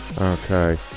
Okay